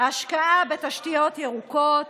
השקעה בתשתיות ירוקות,